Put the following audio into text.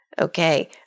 Okay